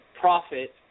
Profit